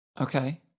Okay